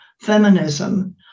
feminism